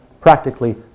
practically